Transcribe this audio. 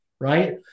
Right